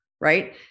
Right